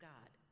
God